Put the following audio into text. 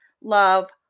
love